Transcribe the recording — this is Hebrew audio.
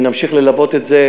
ונמשיך ללוות את זה.